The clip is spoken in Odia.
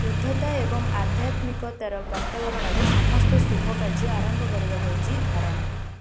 ଶୁଦ୍ଧତା ଏବଂ ଆଧ୍ୟାତ୍ମିକତାର ବାତାବରଣରେ ସମସ୍ତ ଶୁଭ କାର୍ଯ୍ୟ ଆରମ୍ଭ କରିବା ହେଉଛି ଧାରଣା